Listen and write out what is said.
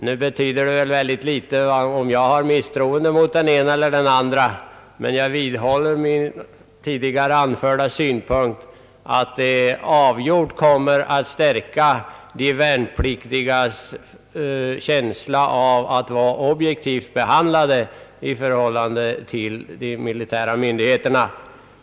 Det betyder väl inte mycket om jag hyser misstro mot den ena eller den andra, men jag vidhåller min tidigare anförda synpunkt att det avgjort kommer att stärka de värnpliktigas känsla av att vara objektivt behandlade i förhållande till de militära myndigheterna.